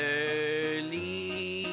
early